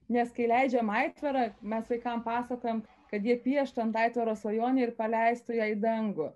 nes kai leidžiam aitvarą mes vaikam pasakojam kad jie pieštų ant aitvaro svajonę ir paleistų ją į dangų